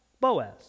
Boaz